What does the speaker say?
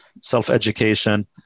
self-education